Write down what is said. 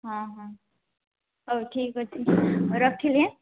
ହଁ ହଁ ହଉ ଠିକ୍ ଅଛି ରଖିଲି